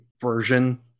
version